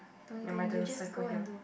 never mind there's a cipher here